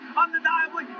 undeniably